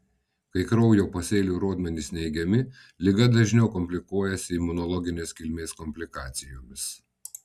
kai kraujo pasėlių rodmenys neigiami liga dažniau komplikuojasi imunologinės kilmės komplikacijomis